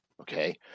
okay